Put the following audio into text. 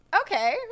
okay